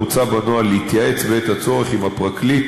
מוצע בנוהל להתייעץ בעת הצורך עם הפרקליט